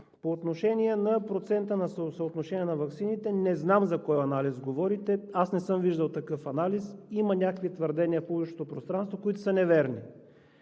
По отношение на процента на съотношение на ваксините – не знам за кой анализ говорите. Аз не съм виждал такъв анализ. Има някакви твърдения в публичното пространство, които са неверни.